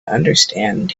understand